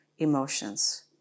Emotions